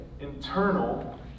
internal